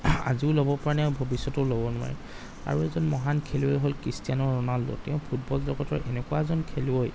আজিও ল'ব পৰা নাই আৰু ভৱিষ্যতেও ল'ব নোৱাৰে আৰু এজন মহান খেলুৱৈ হ'ল ক্ৰিষ্টিয়ানো ৰোনাল্ড' তেওঁ ফুটবল জগতৰ এনেকুৱা এজন খেলুৱৈ